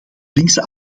linkse